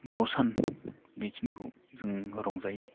द'सान बेखिनिखौ जोङो रंजायो